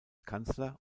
kanzler